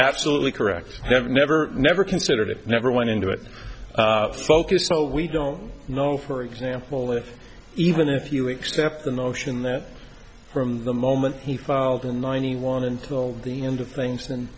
absolutely correct never never never considered it never went into it focused so we don't know for example if even if you accept the notion that from the moment he filed in ninety one until the end of things and